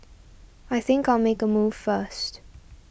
I think I'll make a move first